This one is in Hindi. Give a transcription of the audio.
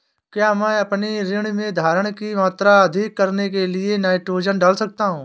क्या मैं अपनी मिट्टी में धारण की मात्रा अधिक करने के लिए नाइट्रोजन डाल सकता हूँ?